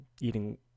eating